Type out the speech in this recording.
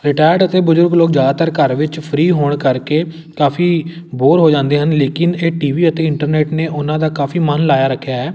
retired ਅਤੇ ਬਜ਼ੁਰਗ ਲੋਕ ਜ਼ਿਆਦਾਤਰ ਘਰ ਵਿੱਚ ਫਰੀ ਹੋਣ ਕਰਕੇ ਕਾਫੀ ਬੋਰ ਹੋ ਜਾਂਦੇ ਹਨ ਲੇਕਿਨ ਇਹ ਟੀ ਵੀ ਅਤੇ ਇੰਟਰਨੈਟ ਨੇ ਉਹਨਾਂ ਦਾ ਕਾਫੀ ਮਨ ਲਾਇਆ ਰੱਖਿਆ ਹੈ